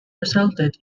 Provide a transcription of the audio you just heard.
resulted